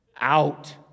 out